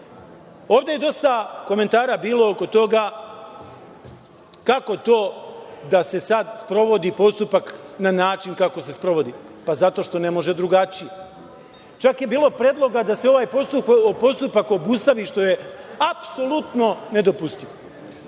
je bilo dosta komentara oko toga kako to da se sad sprovodi postupak na način kako se sprovodi. Pa, zato što ne može drugačije. Čak je bilo predloga da se ovaj postupak obustavi, što je apsolutno nedopustivo.